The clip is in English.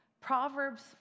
Proverbs